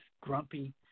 grumpy